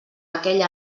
aquell